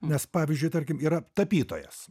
nes pavyzdžiui tarkim yra tapytojas